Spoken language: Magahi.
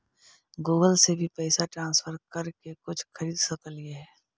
गूगल से भी पैसा ट्रांसफर कर के कुछ खरिद सकलिऐ हे?